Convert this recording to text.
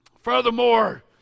Furthermore